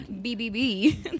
B-B-B